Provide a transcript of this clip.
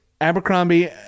Abercrombie